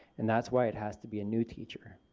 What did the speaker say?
and that's why it has to be a new teacher.